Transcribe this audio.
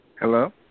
Hello